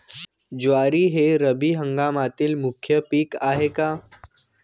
ज्वारी हे रब्बी हंगामातील मुख्य पीक आहे का?